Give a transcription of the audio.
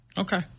Okay